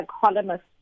columnist